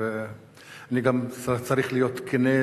אני גם צריך להיות כן.